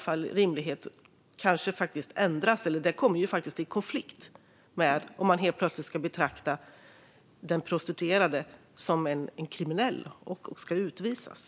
Lagen kommer ju faktiskt i konflikt med detta om den prostituerade helt plötsligt ska betraktas som kriminell och utvisas.